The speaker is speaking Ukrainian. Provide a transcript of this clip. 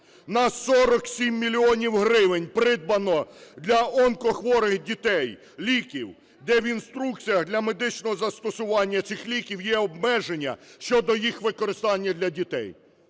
На 47 мільйонів гривень придбано для онкохворих дітей ліків, де в інструкціях для медичного застосування цих ліків є обмеження щодо їх використання для дітей.